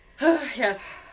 yes